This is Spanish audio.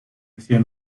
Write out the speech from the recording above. hacía